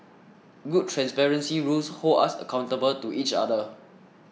good transparency rules hold us accountable to each other